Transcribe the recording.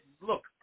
look